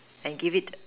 and give it